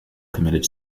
committed